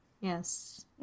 Yes